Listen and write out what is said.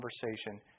conversation